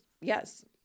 yes